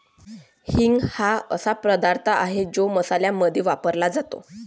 हिंग हा असा पदार्थ आहे जो मसाल्यांमध्ये वापरला जातो